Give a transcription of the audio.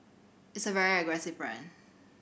it's a very aggressive plan